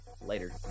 Later